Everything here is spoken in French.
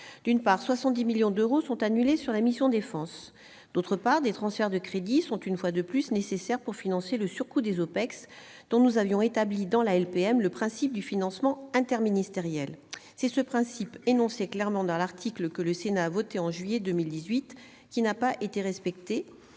D'une part, 70 millions d'euros de crédits ont été annulés. D'autre part, des transferts de crédits sont une fois de plus nécessaires pour financer le surcoût des OPEX, alors que nous avions inscrit le principe du financement interministériel dans la LPM. C'est ce principe, énoncé clairement dans l'article que le Sénat a adopté en juillet 2018, qui n'a pas été respecté.